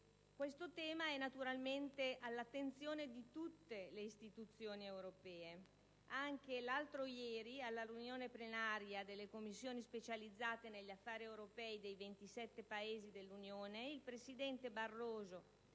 Questo tema è all'attenzione di tutte le istituzioni europee. Anche l'altro ieri, nella riunione plenaria delle Commissioni specializzate negli affari europei dei 27 Paesi dell'Unione, il presidente della